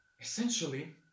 Essentially